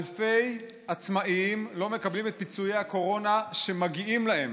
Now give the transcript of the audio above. אלפי עצמאים לא מקבלים את פיצויי הקורונה שמגיעים להם.